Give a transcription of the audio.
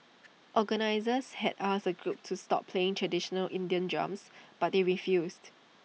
organisers had asked A group to stop playing traditional Indian drums but they refused